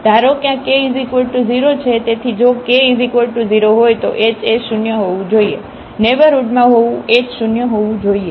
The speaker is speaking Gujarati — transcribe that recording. ધારો કે આ k 0 છે તેથી જો જો k 0 હોય તો h એ શૂન્ય હોવું જોઈએ નેઇબરહુડમાં હોવું એચ શૂન્ય હોવું જોઈએ